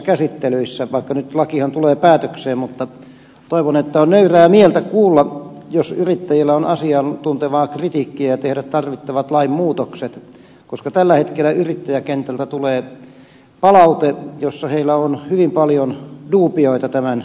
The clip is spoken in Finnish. vaikka lakihan tulee nyt päätökseen toivon että on nöyrää mieltä kuulla jos yrittäjillä on asiantuntevaa kritiikkiä ja tehdä tarvittavat lainmuutokset koska tällä hetkellä yrittäjäkentältä tulee palaute jossa yrittäjillä on hyvin paljon duubioita tämän asian suhteen